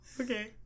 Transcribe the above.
okay